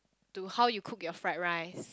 to how you cook your fried rice